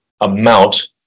amount